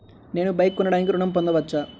నేను బైక్ కొనటానికి ఋణం పొందవచ్చా?